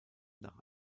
nach